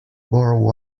borrow